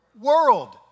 world